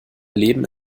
leben